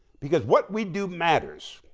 because what we do matters.